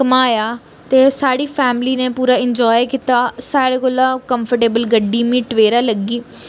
घमाया ते साढ़ी फैमिली न पूरा एन्जाय कीता सारे कोलां कम्फ़र्टेबल गड्डी मिगी टवेरा लग्गी